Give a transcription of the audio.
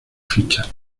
fichas